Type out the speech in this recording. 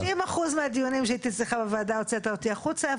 ב-90 אחוז מהדיונים שהייתי אצלך בוועדה הוצאת אותי החוצה,